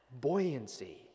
buoyancy